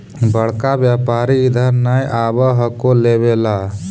बड़का व्यापारि इधर नय आब हको लेबे ला?